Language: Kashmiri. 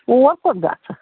اوٗر کوٚت گژھکھ